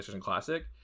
Classic